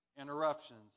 interruptions